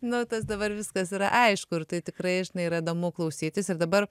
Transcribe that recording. nu tas dabar viskas yra aišku ir tai tikrai yra įdomu klausytis ir dabar